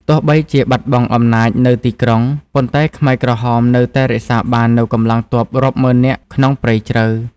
ទោះបីជាបាត់បង់អំណាចនៅទីក្រុង ប៉ុន្តែខ្មែរក្រហមនៅតែរក្សាបាននូវកម្លាំងទ័ពរាប់ម៉ឺននាក់ក្នុងព្រៃជ្រៅ។